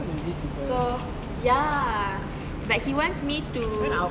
so ya but he wants me to